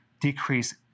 decrease